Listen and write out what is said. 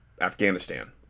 afghanistan